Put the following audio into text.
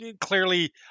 clearly